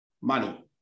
money